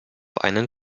einen